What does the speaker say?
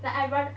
like I'd rather